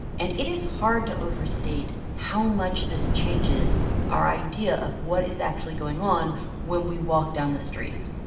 and it is hard to overstate how much this changes our idea of what is actually going on when we walk down the street.